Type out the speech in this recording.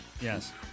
Yes